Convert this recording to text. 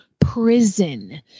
prison